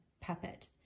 puppet